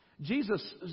Jesus